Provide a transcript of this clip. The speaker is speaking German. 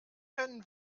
nennen